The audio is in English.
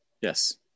Yes